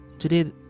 Today